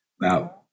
Now